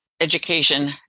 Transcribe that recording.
education